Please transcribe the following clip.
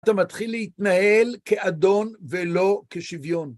אתה מתחיל להתנהל כאדון ולא כשוויון.